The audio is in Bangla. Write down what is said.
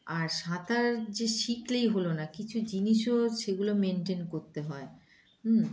আর সাঁতার যে শিখলেই হলো না কিছু জিনিসও সেগুলো মেনটেন করতে হয় হুম